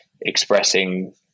expressing